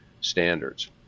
standards